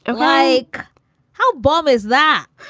and like how, bob, is that?